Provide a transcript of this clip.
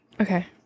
Okay